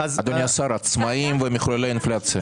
אדוני השר, עצמאיים ומחוללי אינפלציה.